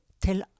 tell